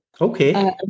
Okay